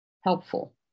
helpful